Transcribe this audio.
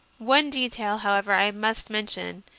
one detail, however, i must mention,